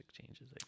changes